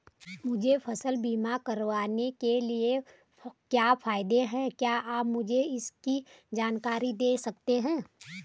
मुझे फसल बीमा करवाने के क्या फायदे हैं क्या आप मुझे इसकी जानकारी दें सकते हैं?